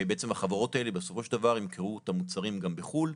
כך שבעצם החברות האלה בסופו של דבר ימכרו את המוצרים שלהם גם בחו"ל,